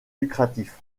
lucratif